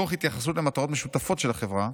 תוך התייחסות למטרות משותפות של החברה,